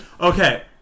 Okay